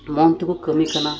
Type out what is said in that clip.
ᱢᱚᱱ ᱛᱮᱠᱚ ᱠᱟᱹᱢᱤ ᱠᱟᱱᱟ